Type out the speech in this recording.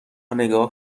نگاه